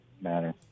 matter